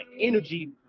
energy